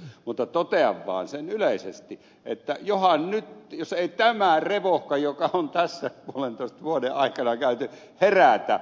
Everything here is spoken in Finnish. ukkolan äskeisessä vastauspuheenvuorossa mutta totean vaan sen yleisesti että johan nyt jos ei tämä revohka joka on tässä puolentoista vuoden aikana käyty herätä